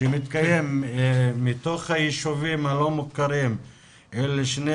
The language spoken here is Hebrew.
שמתקיים מתוך היישובים הלא מוכרים אל שני